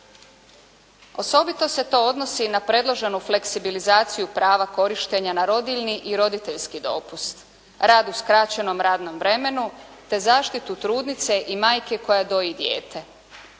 Osobito se to odnosi i na predloženu fleksibilizaciju prava korištenja na rodiljni i roditeljski dopust, rad u skraćenom radnom vremenu, te zaštitu trudnice i majke koja doji dijete.